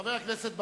חבר הכנסת בר-און,